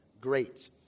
great